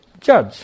judge